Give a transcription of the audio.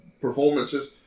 performances